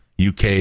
uk